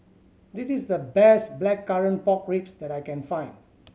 this is the best Blackcurrant Pork Ribs that I can find